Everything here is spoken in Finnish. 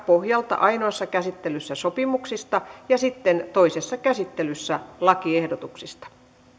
pohjalta ainoassa käsittelyssä sopimuksista ja sitten toisessa käsittelyssä lakiehdotuksista